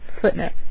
Footnote